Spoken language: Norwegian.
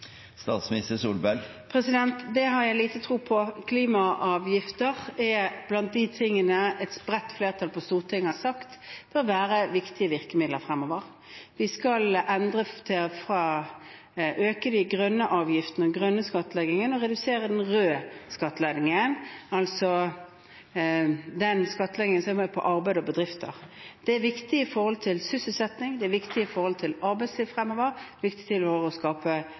Det har jeg liten tro på. Klimaavgifter er blant de tingene et bredt flertall på Stortinget har sagt bør være viktige virkemidler fremover. Vi skal øke den grønne skattleggingen og redusere den røde skattleggingen, altså den skattleggingen som er på arbeid og bedrifter. Det er viktig for sysselsetting, det er viktig for arbeidslivet fremover, det er viktig for å skape